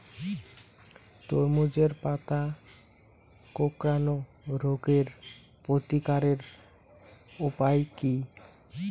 তরমুজের পাতা কোঁকড়ানো রোগের প্রতিকারের উপায় কী?